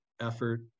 effort